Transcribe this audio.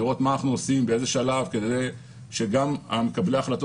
לראות מה אנחנו עושים ובאיזה שלב כדי שגם מקבלי ההחלטות